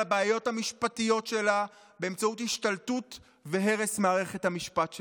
הבעיות המשפטיות שלה באמצעות השתלטות והרס מערכת המשפט שלנו.